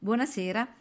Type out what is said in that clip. Buonasera